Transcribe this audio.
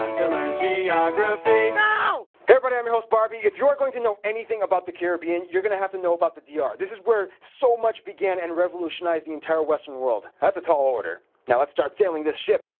um to learn geography! now! hey everybody, i'm your host barby if you're going to know anything about the caribbean, you're gonna have to know about the dr. ah this is where so much began and revolutionized the entire western world. that's a tall order. now let's start sailing this ship!